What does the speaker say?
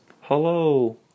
hello